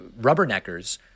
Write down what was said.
rubberneckers